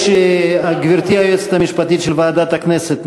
גברתי היועצת המשפטית של ועדת הכנסת,